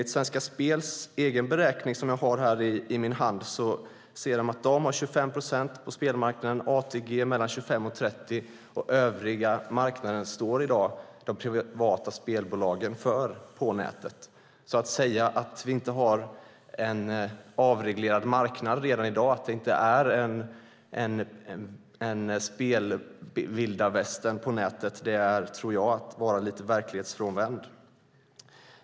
Men i Svenska Spels egen beräkning, som jag har här i min hand, skriver de att de har 25 procent och spelmarknaden ATG mellan 25 och 30 procent. Den övriga marknaden på nätet står i dag de privata spelbolagen för. Att säga att vi inte har en avreglerad spelmarknad redan i dag, att det inte är ett vilda västern på nätet, tror jag är att vara lite verklighetsfrånvänd.